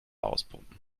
auspumpen